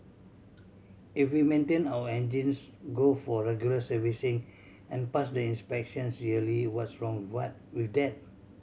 if we maintain our engines go for regular servicing and pass the inspections yearly what's wrong what with that